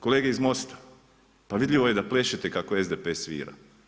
Kolege iz Mosta, pa vidljivo je da plešete kako SDP svira.